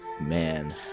man